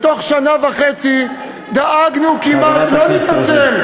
בתוך שנה וחצי דאגנו כמעט, לא נתנצל.